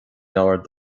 leabhar